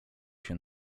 się